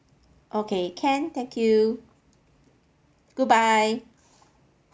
okay can thank you goodbye